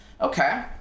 Okay